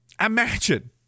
Imagine